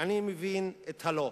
מבין את ה"לא".